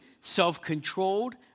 self-controlled